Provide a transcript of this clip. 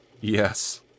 Yes